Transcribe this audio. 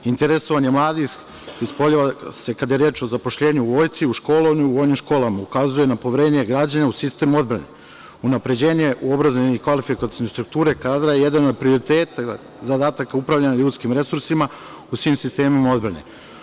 Interesovanje mladih ispoljava se kada je reč o zaposlenju u Vojsci, u školovanju, u vojnim školama, ukazuje na poverenje građana u sistem odbrane, unapređenje u obrazovne i kvalifikacione strukture kadra, jedan je od prioriteta i zadataka upravljanja ljudskim resursima u svim sistemima odbrane.